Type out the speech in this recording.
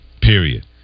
Period